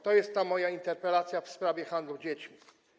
To jest ta moja interpelacja w sprawie handlu dziećmi.